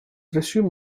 resume